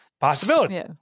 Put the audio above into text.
Possibility